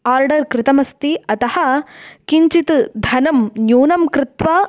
order कृतमस्ति अतः किञ्चित् धनं न्यूनं कृत्वा